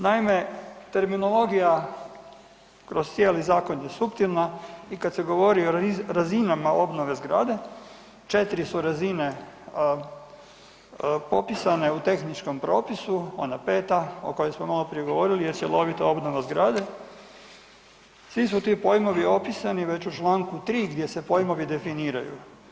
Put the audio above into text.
Naime, terminologija kroz cijeli zakon je suptilna i kad se govori o razinama obnove zgrade 4 su razine popisane u tehničkom propisu ona 5-ta o kojoj smo maloprije govorili je cjelovita obnova zgrade, svi su ti pojmovi opisani već u Članku 3. gdje se pojmovi definiraju.